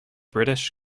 british